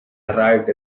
arrived